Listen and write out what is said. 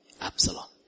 Absalom